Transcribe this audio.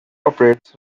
operates